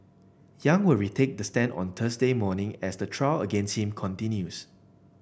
Yang will retake the stand on Thursday morning as the trial against him continues